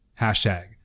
hashtag